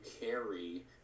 carry